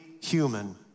human